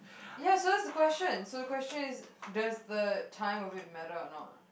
ya so is the question so the question is does the time of it matter or not